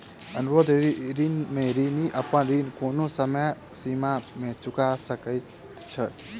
अनुरोध ऋण में ऋणी अपन ऋण कोनो समय सीमा में चूका सकैत छै